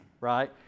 right